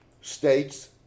States